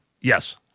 Yes